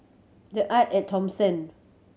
The Arte At Thomson